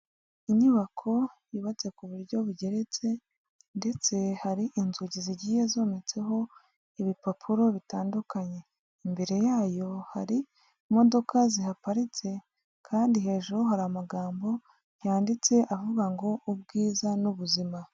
Inyubako yubatse ku buryo bugeretse, ndetse hari inzugi zigiye zometseho ibipapuro bitandukanye. Imbere yayo hari imodoka zihaparitse, kandi hejuru hari amagambo yanditse avuga ngo ubwiza n'ubuzima.